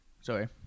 Sorry